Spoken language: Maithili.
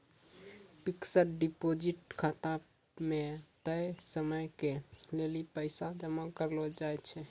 फिक्स्ड डिपॉजिट खाता मे तय समयो के लेली पैसा जमा करलो जाय छै